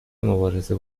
مبارزه